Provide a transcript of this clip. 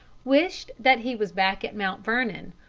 wished that he was back at mount vernon,